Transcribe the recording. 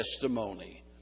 testimony